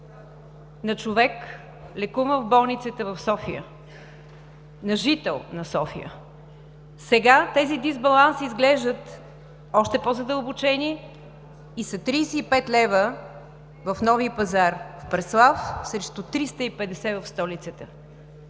на човек, лекуван в болницата в София – на жител на София. Сега тези дисбаланси изглеждат още по-задълбочени и са 35 лв. в Нови Пазар, в Преслав, срещу 350 в столицата,